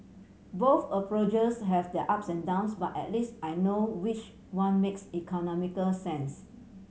both approaches have their ups and downs but at least I know which one makes economical sense